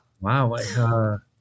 Wow